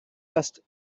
vaste